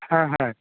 হ্যাঁ হ্যাঁ